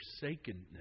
forsakenness